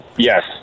Yes